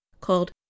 called